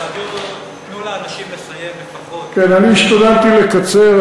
תנו לאנשים לסיים לפחות, כן, אני השתדלתי לקצר.